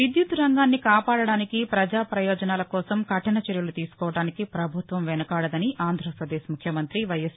విద్యుత్తు రంగాన్ని కాపాడటానికి ప్రజా ప్రయోజనాల కోసం కఠిన చర్యలు తీసుకోవడానికి పభుత్వం వెనుకాదదని ఆంధ్రాపదేశ్ ముఖ్యమంత్రి వైఎస్